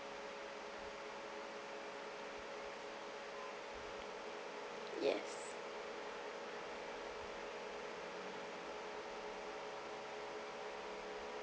yes